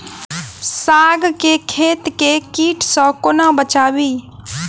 साग केँ खेत केँ कीट सऽ कोना बचाबी?